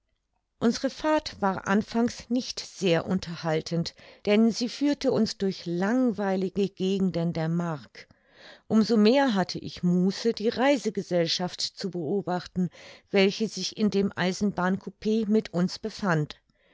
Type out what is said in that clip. unsere fahrt war anfangs nicht sehr unterhaltend denn sie führte uns durch langweilige gegenden der mark um so mehr hatte ich muße die reisegesellschaft zu beobachten welche sich in dem eisenbahncoup mit uns befand